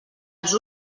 els